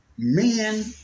Men